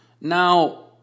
Now